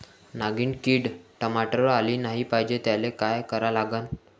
नागिन किड टमाट्यावर आली नाही पाहिजे त्याले काय करा लागन?